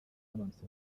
bamanutse